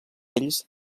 ells